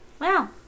Wow